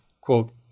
quote